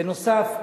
בנוסף,